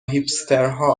هیپسترها